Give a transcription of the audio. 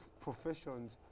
professions